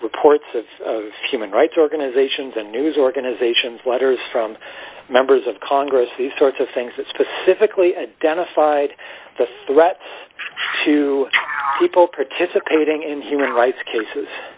reports of human rights organizations and news organizations letters from members of congress these sorts of things that specifically identified the threats to people participating in human rights